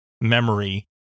memory